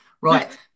right